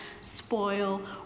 spoil